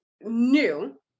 new